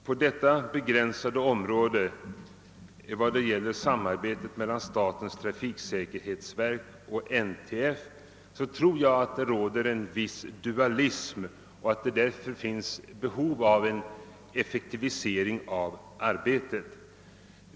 På detta begränsade område, som gäl ler samarbetet mellan ståtens'trafiksäkerhetsverk och NTF, tror jag att det råder en viss dualism och att det finns behov av att arbetet effektiviseras.